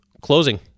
closing